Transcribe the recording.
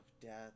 death